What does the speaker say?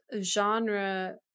genre